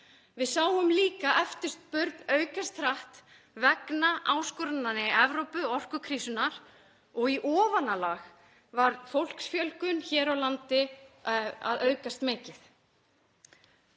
Við sáum líka eftirspurn aukast hratt vegna áskorana í Evrópu, orkukrísunnar og í ofanálag var fólksfjölgun hér á landi að aukast mikið.